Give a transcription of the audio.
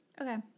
okay